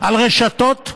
על רשתות,